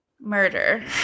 murder